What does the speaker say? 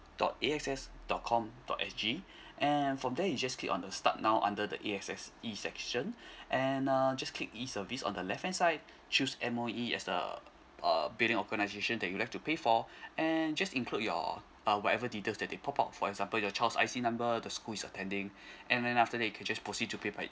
dot a x s dot com dot s g and from there you just click on the start now under the A_S_X e section and uh just click e service on the left hand side choose M_O_E as a uh billing organisation that you'd like to pay for and just include your uh whatever details the pop up for example your child I_C number the school is attending and then after that can just proceed to pay by